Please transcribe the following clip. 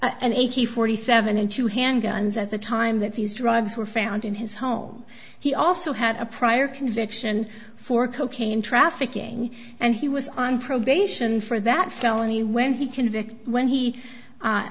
and eighty forty seven in two handguns at the time that these drugs were found in his home he also had a prior conviction for cocaine trafficking and he was on probation for that felony when he convicts when he